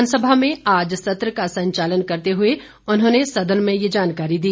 विधानसभा में आज सत्र का संचालन करते हुए उन्होंने सदन में ये जानकारी दी